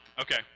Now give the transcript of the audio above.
Okay